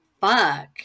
fuck